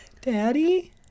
Daddy